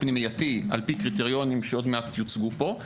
פנימייתי על-פי קריטריונים שעוד מעט יוצגו פה.